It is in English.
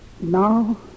Now